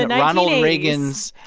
and ronald reagan's,